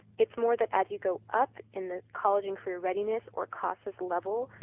it's more that as you go up in the college and career readiness or casas level,